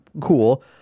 cool